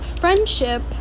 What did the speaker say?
Friendship